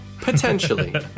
Potentially